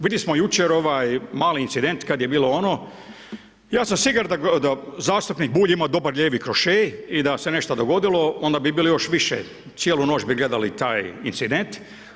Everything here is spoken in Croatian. Vidjeli smo jučer mali incident kada je bilo ono, ja sam siguran da zastupnik Bulj ima dobar lijevi krošej i da se nešto dogodilo, onda bi bili još više, cijelu noć bi gledali taj incident.